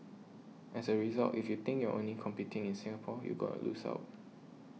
as a result if you think you're only competing in Singapore you gonna lose out